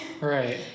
right